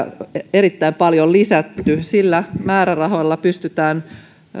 erittäin paljon lisätty sillä määrärahoilla pystytään